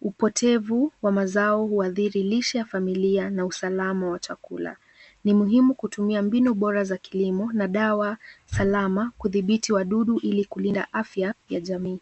upotevu wa mazao huathiri lishe ya familia na usalama wa chakula, ni muhimu kutumia mbinu bora za kilimo na dawa salama kudhibiti wadudu ili kulinda afya ya jamii.